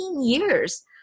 years